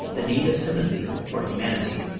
the need of sympathy for humanity